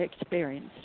experience